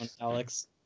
Alex